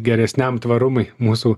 geresniam tvarumui mūsų